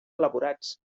elaborats